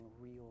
real